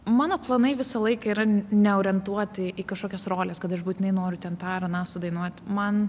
mano planai visą laiką yra neorientuoti į kažkokios rolės kad aš būtinai noriu ten tą ar aną sudainuoti man